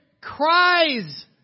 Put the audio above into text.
cries